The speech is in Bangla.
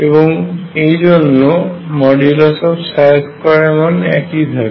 এবং এই জন্য 2 এর মান একই থাকে